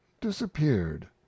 disappeared